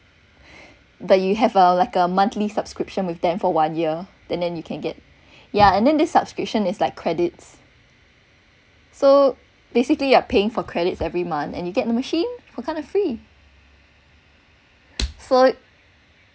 but you have a like a monthly subscription with them for one year and then you can get ya and then this subscription is like credits so basically you are paying for credits every month and you get the machine for kind of free so